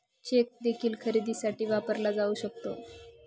check देखील खरेदीसाठी वापरला जाऊ शकतो